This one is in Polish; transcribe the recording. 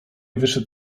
wyszedł